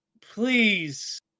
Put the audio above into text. please